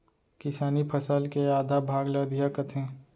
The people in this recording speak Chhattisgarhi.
किसानी फसल के आधा भाग ल अधिया कथें